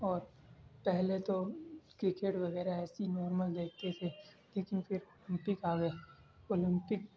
اور پہلے تو کرکٹ وغیرہ ایسے ہی نارمل دیکھتے تھے لیکن پھر اولمپک آ گیا اولمپک